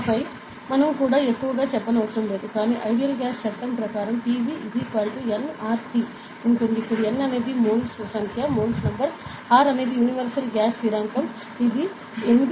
ఆపై మనం కూడా ఎక్కువగా చెప్పనవసరం లేదు కాని ideal gas చట్టం PV nRT ఉంది ఇక్కడ N అనేది మోల్స్ సంఖ్య R అనేది యూనివర్సల్ గ్యాస్ స్థిరాంకం ఇది 8